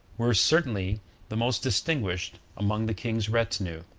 were certainly the most distinguished among the king's retinue.